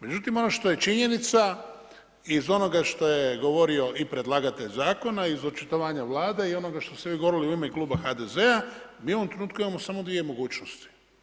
Međutim ono što je činjenica iz onoga što je govorio i predlagatelj zakona, i iz očitovanja Vlade i onoga što ste vi govorili u ime Kluba HDZ-a mi u ovom trenutku imamo samo dvije mogućnosti.